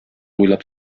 буйлап